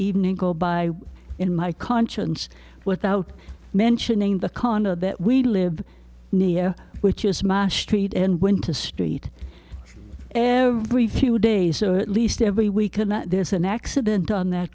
evening go by in my conscience without mentioning the condo that we live near which is mass street and went to st every few days or at least every week and there's an accident on that